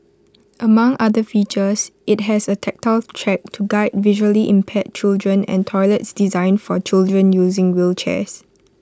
among other features IT has A tactile track to guide visually impaired children and toilets designed for children using wheelchairs